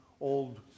old